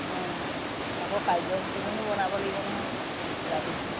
অঁ আকৌ কাৰ্যসূচীখনো বনাব লাগিব নহয় ৰাতিপুৱা